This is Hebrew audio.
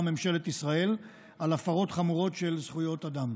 ממשלת ישראל על הפרות חמורות של זכויות אדם.